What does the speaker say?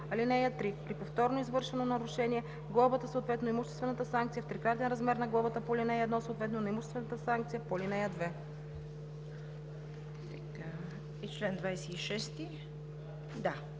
лв. (3) При повторно извършено нарушение глобата, съответно имуществената санкция, е в трикратен размер на глобата по ал. 1, съответно на имуществената санкция по ал. 2.“ (Шум и